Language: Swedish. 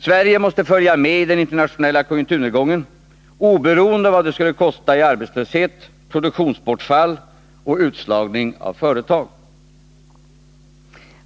Sverige måste följa med i den internationella konjunkturnedgången oberoende av vad det skulle kosta i arbetslöshet, produktionsbortfall och utslagning av företag.